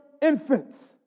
infants